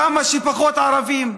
כמה שפחות ערבים.